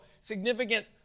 significant